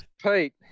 Pete